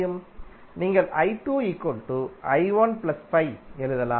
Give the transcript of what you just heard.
நீங்கள் எழுதலாம்